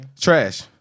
trash